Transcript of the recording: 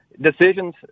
decisions